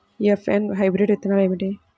F one hybrid విత్తనాలు ఏమిటి?